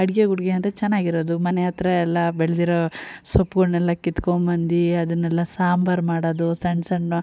ಅಡುಗೆ ಗುಡ್ಗೆ ಅಂದರೆ ಚೆನ್ನಾಗಿರೋದು ಮನೆಹತ್ತಿರಯೆಲ್ಲ ಬೆಳೆದಿರೋ ಸೊಪ್ಪುಗಲನ್ನೆಲ್ಲ ಕಿತ್ಕೋಬಂದು ಅದನ್ನೆಲ್ಲ ಸಾಂಬಾರು ಮಾಡೋದು ಸಣ್ಣ ಸಣ್ಣ